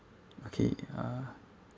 okay uh